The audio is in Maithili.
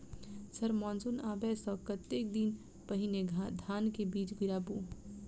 सर मानसून आबै सऽ कतेक दिन पहिने धान केँ बीज गिराबू?